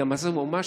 כי המצב ממש,